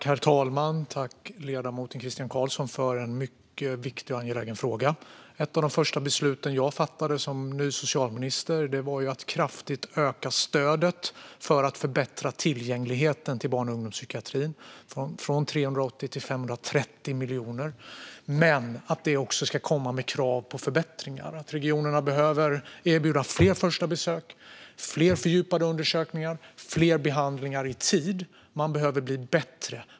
Herr talman! Jag tackar ledamoten Christian Carlsson för en mycket viktig och angelägen fråga. Ett av de första beslut som jag fattade som ny socialminister var att kraftigt öka stödet för att förbättra tillgängligheten till barn och ungdomspsykiatri - från 380 till 530 miljoner. Detta ska dock komma med krav på förbättringar. Regionerna behöver erbjuda fler första besök, fler fördjupade undersökningar och fler behandlingar i tid. De behöver bli bättre.